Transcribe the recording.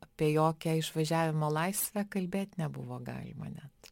apie jokią išvažiavimo laisvę kalbėt nebuvo galima net